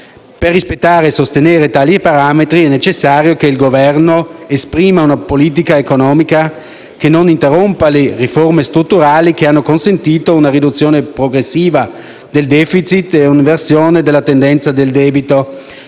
Per rispettare e sostenere tali parametri è necessario che il Governo esprima una politica economica che non interrompa le riforme strutturali che hanno consentito una riduzione progressiva del *deficit* e un'inversione della tendenza del debito,